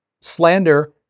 Slander